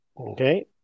okay